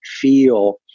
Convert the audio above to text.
feel